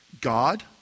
God